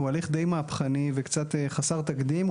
הוא הליך די מהפכני וקצת חסר תקדים.